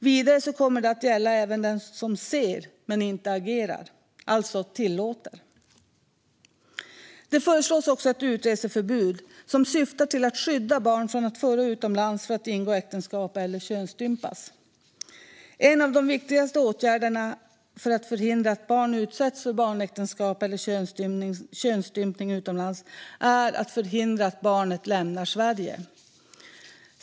Vidare kommer det att gälla även den som ser men inte agerar - alltså tillåter. Det föreslås också ett utreseförbud som syftar till att skydda barn från att föras utomlands för att ingå äktenskap eller könsstympas. En av de viktigaste åtgärderna för att förhindra att barn utsätts för barnäktenskap eller könsstympning utomlands är att förhindra att barnet lämnar Sverige.